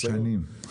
שנים.